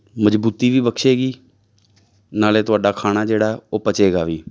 ਮਜ਼ਬੂਤੀ ਵੀ ਬਖਸ਼ੇਗੀ ਨਾਲੇ ਤੁਹਾਡਾ ਖਾਣਾ ਜਿਹੜਾ ਉਹ ਪਚੇਗਾ ਵੀ